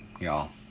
y'all